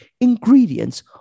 ingredients